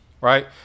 Right